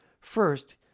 First